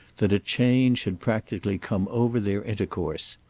that a change had practically come over their intercourse.